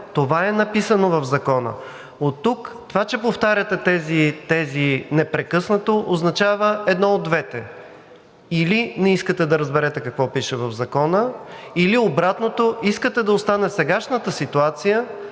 Това е написано в Закона. Оттук – това, че повтаряте тези тѐзи непрекъснато, означава едно от двете – или не искате да разберете какво пише в Закона, или обратното – искате да остане сегашната ситуация,